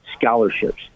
scholarships